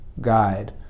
guide